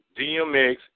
DMX